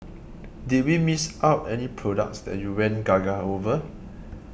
did we miss out any products that you went gaga over